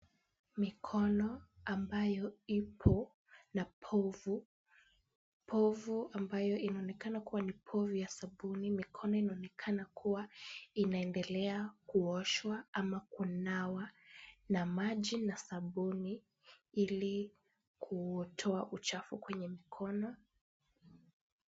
Mikono ambayo ipo na povu, povu ambayo inaonekana kuwa ni povu ya sabuni. Mikono inaonekana kuwa inaendelea kuoshwa ama kunawa na maji na sabuni ili kutoa uchafu kwenye mikono.